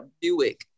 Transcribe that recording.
Buick